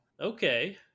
Okay